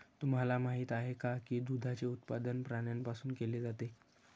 तुम्हाला माहित आहे का की दुधाचे उत्पादन प्राण्यांपासून केले जाते?